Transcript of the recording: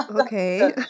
Okay